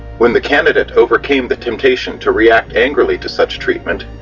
when the candidate overcame the temptation to react angrily to such treatment,